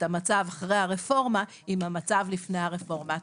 המצב אחרי הרפורמה עם המצב לפני הרפורמה.